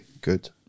Good